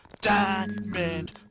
diamond